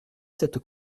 cette